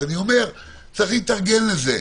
יש להתארגן לזה,